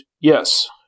yes